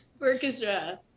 Orchestra